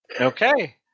Okay